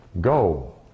go